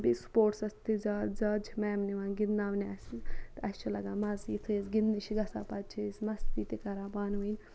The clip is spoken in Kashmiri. بیٚیہِ سپوٹسَس تہِ زیادٕ زیادٕ چھِ میم نِوان گِنٛدناونہِ اَسہِ تہٕ اَسہِ چھُ لَگان مَزٕ یُتھے أسۍ گِنٛدنہِ چھِ گَژھان چھِ أسۍ مَستی تہِ کَران پانہٕ ؤنۍ